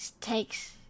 takes